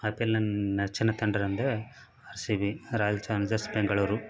ಆಯ್ P L ನನ್ನ ನೆಚ್ಚಿನ ತಂಡ ಅಂದರೆ R C B royal challengers Bengaluru